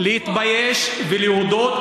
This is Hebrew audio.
להתבייש ולהודות,